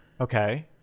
Okay